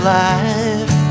life